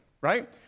right